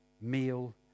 meal